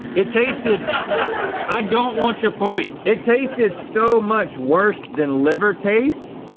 it tasted i don't want your points. it tasted so much worse than liver taste,